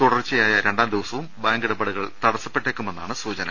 തുടർച്ചയായ രണ്ടാംദിവസവും ബാങ്ക് ഇടപാടുകൾ തടസ്സ പ്പെട്ടേക്കുമെന്നാണ് സൂചന